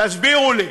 תסבירו לי.